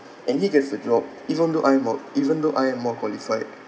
and he gets the job even though I'm more even though I am more qualified